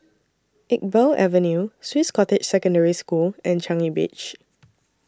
Iqbal Avenue Swiss Cottage Secondary School and Changi Beach